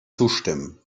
zustimmen